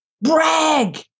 brag